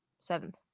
seventh